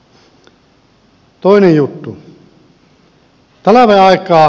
toinen juttu